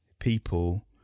people